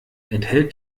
enthält